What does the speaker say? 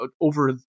over